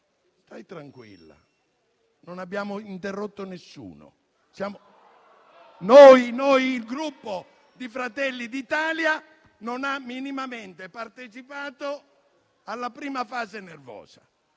non abbiamo interrotto nessuno. *(Proteste)*. Il Gruppo Fratelli d'Italia non ha minimamente partecipato alla prima fase nervosa